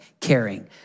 caring